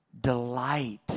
Delight